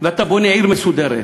ואתה בונה עיר מסודרת,